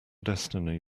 destiny